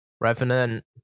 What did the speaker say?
revenant